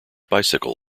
bicycle